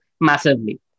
massively